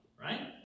right